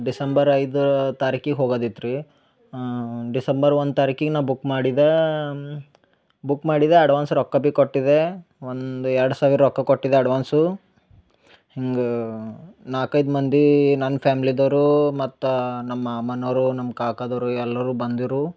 December ಐದರ ತಾರೀಖಿಗ್ ಹೋಗದಿತ್ತು ರೀ ಡಿಸೆಂಬರ್ ಒಂದು ತಾರೀಕಿಗ್ ನಾ ಬುಕ್ ಮಾಡಿದಾ ಬುಕ್ ಮಾಡಿದ ಅಡ್ವಾನ್ಸ್ ರೊಕ್ಕ ಬಿ ಕೊಟ್ಟಿದೆ ಒಂದು ಎರಡು ಸಾವಿರ ರೊಕ್ಕ ಕೊಟ್ಟಿದೆ ಅಡ್ವಾನ್ಸು ಹಿಂಗ ನಾಲ್ಕೈದು ಮಂದಿ ನಂದು ಫ್ಯಾಮ್ಲಿದೋರೂ ಮತ್ತು ನಮ್ಮ ಅಮ್ಮನೊರು ನಮ್ಮ ಕಾಕದೋರು ಎಲ್ಲರು ಬಂದಿರು